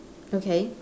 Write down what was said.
okay